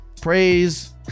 Praise